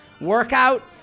workout